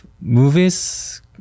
movies